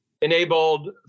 enabled